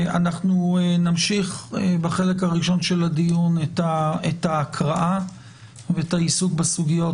נמשיך בחלק הראשון של הדיון את ההקראה וא העיסוק בסוגיות